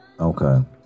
Okay